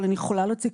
אבל אני יכולה להוציא,